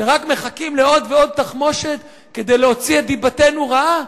שרק מחכים לעוד ועוד תחמושת כדי להוציא את דיבתנו רעה?